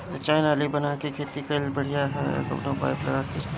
सिंचाई नाली बना के खेती कईल बढ़िया ह या कवनो पाइप लगा के?